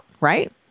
right